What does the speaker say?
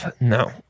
No